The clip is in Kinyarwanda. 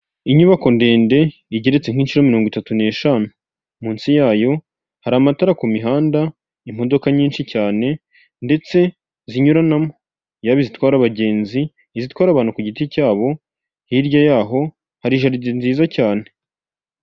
Tengamara na tiveya twongeye kubatengamaza, ishimwe kuri tiveya ryongeye gutangwa ni nyuma y'ubugenzuzi isuzuma n'ibikorwa byo kugaruza umusoro byakozwe dukomeje gusaba ibiyamu niba utariyandikisha kanda kannyeri maganainani urwego ukurikiza amabwiriza nibayandikishije zirikana fatire ya ibiyemu no kwandikisha nimero yawe ya telefone itanga n amakuru.